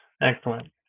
Excellent